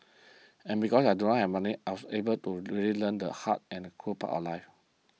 and because I do not have money I was able to really learn the hard and cruel part of life